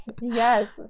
Yes